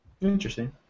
Interesting